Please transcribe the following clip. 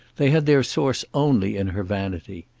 they had their source only in her vanity.